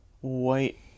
white